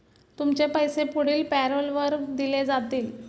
तुमचे पैसे पुढील पॅरोलवर दिले जातील